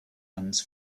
hands